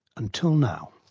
until now.